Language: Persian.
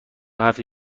هفته